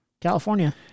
California